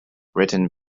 written